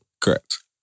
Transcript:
Correct